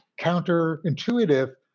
counterintuitive